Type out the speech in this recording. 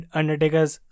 Undertaker's